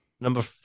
number